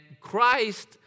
Christ